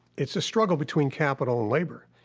it's a struggle between capital and labor,